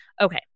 okay